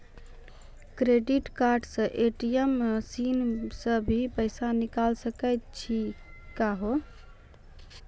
Credit card से ATM machine से भी पैसा निकल सकै छि का हो?